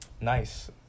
nice